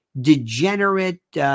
degenerate